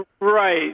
Right